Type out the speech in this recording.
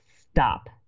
stop